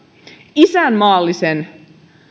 isänmaallisen